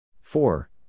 Four